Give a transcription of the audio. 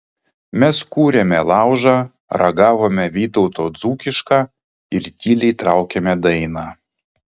mes kūrėme laužą ragavome vytauto dzūkišką ir tyliai traukėme dainą